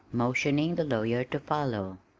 motioning the lawyer to follow.